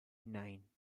nine